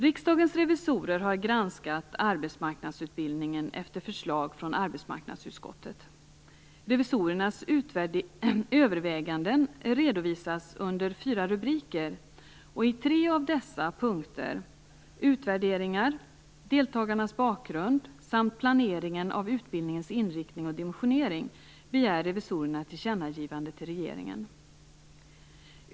Riksdagens revisorer har granskat arbetsmarknadsutbildningen efter förslag från arbetsmarknadsutskottet. Revisorernas överväganden redovisas under fyra rubriker. På tre punkter; utvärderingar, deltagarnas bakgrund samt planeringen av utbildningens inriktning och dimensionering, begär revisorerna tillkännagivande till regeringen.